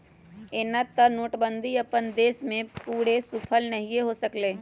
एना तऽ नोटबन्दि अप्पन उद्देश्य में पूरे सूफल नहीए हो सकलै